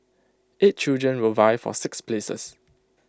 eight children will vie for six places